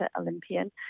Olympian